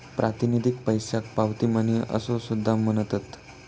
प्रातिनिधिक पैशाक पावती मनी असो सुद्धा म्हणतत